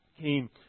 came